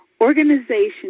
Organization